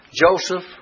Joseph